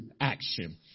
action